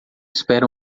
espera